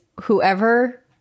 whoever